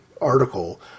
article